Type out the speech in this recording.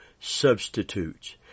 substitutes